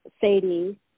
Sadie